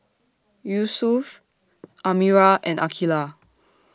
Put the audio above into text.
Yusuf Amirah and Aqilah